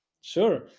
Sure